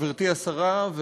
גברתי השרה,